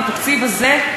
בתקציב הזה,